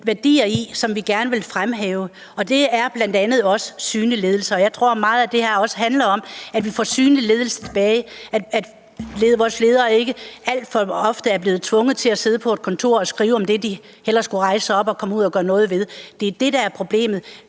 værdier, som vi gerne ville fremhæve, og det er bl.a. også en synlig ledelse. Jeg tror, at meget af det her også handler om, at vi får synlig ledelse tilbage, at vores ledere alt for ofte er tvunget til at sidde på et kontor og skrive om det, de hellere skulle rejse sig op og komme ud og gøre noget ved. Det er det, der er problemet.